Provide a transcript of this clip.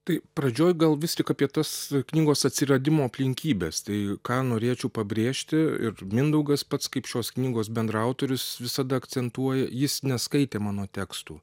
tai pradžioj gal vis tik apie tas knygos atsiradimo aplinkybes tai ką norėčiau pabrėžti ir mindaugas pats kaip šios knygos bendraautorius visada akcentuoja jis neskaitė mano tekstų